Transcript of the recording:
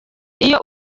iyo